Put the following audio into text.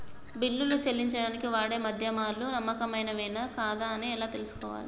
బిల్లులు చెల్లించడానికి వాడే మాధ్యమాలు నమ్మకమైనవేనా కాదా అని ఎలా తెలుసుకోవాలే?